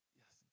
yes